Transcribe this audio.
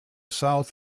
south